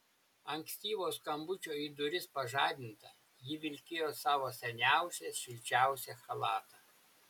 ankstyvo skambučio į duris pažadinta ji vilkėjo savo seniausią šilčiausią chalatą